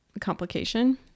complication